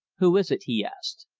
who is it? he asked.